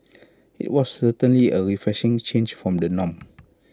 IT was certainly A refreshing change from the norm